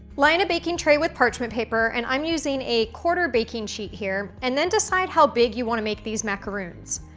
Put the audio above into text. line a baking tray with parchment paper, and i'm using a quarter baking sheet here, and then decide how big you want to make these macaroons.